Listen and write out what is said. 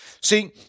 See